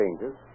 changes